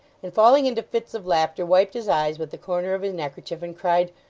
and falling into fits of laughter, wiped his eyes with the corner of his neckerchief, and cried,